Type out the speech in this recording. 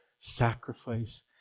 sacrifice